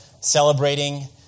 celebrating